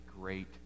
great